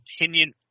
opinion